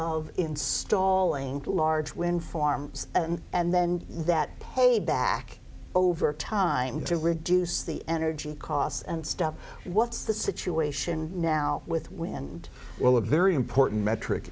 installing large wind farms and then that pay back over time to reduce the energy costs and stuff what's the situation now with wind well a very important metric